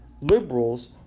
liberals